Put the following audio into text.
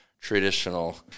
traditional